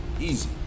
easy